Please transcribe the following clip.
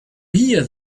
hear